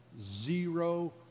zero